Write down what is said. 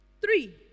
Three